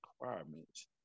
requirements